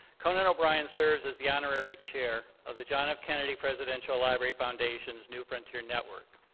conan o'brien serves as the honorary chair of the john f. kennedy presidential library foundation's new frontier network.